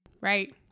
right